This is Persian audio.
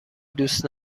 دوست